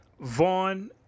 Vaughn